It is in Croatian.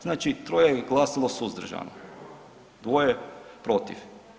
Znači troje je glasalo suzdržano, dvoje protiv.